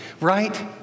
right